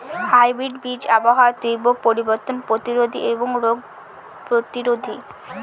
hybrid বীজ আবহাওয়ার তীব্র পরিবর্তন প্রতিরোধী এবং রোগ প্রতিরোধী